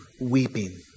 weeping